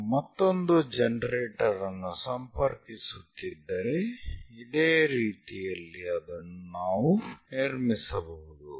ನಾವು ಮತ್ತೊಂದು ಜನರೇಟರ್ ಅನ್ನು ಸಂಪರ್ಕಿಸುತ್ತಿದ್ದರೆ ಇದೇ ರೀತಿಯಲ್ಲಿ ಅದನ್ನು ನಾವು ನಿರ್ಮಿಸಬಹುದು